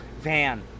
Van